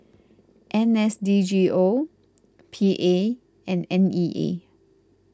N S D G O P A and N E A